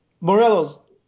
Morelos